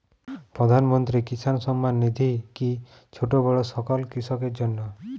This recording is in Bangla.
প্রধানমন্ত্রী কিষান সম্মান নিধি কি ছোটো বড়ো সকল কৃষকের জন্য?